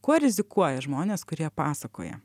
kuo rizikuoja žmonės kurie pasakoja